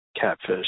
catfish